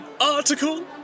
article